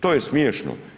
To je smiješno.